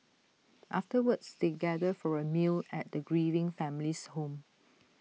afterwards they gather for A meal at the grieving family's home